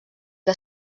que